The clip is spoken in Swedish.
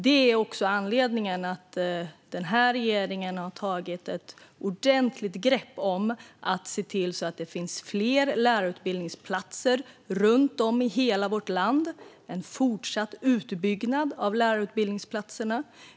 Det är också anledningen till att regeringen har tagit ett ordentligt grepp för att se till att det finns fler lärarutbildningsplatser runt om i hela vårt land genom en fortsatt utbyggnad av lärarutbildningsplatserna.